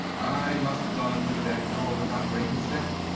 i must have gone through that door without breaking step.